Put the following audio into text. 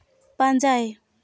ᱯᱟᱸᱡᱟᱭ